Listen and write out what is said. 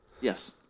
Yes